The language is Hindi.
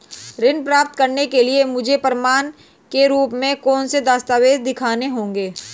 ऋण प्राप्त करने के लिए मुझे प्रमाण के रूप में कौन से दस्तावेज़ दिखाने होंगे?